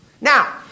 Now